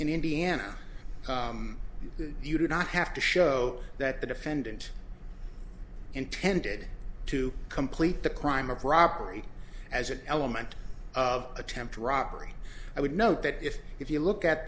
in indiana you do not have to show that the defendant intended to complete the crime of robbery as an element of attempted robbery i would note that if if you look at